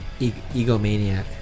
egomaniac